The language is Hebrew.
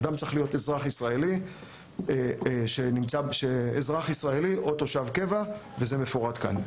אדם צריך להיות אזרח ישראלי או תושב קבע וזה מפורט כאן.